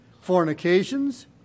fornications